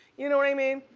you know what i mean?